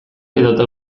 edota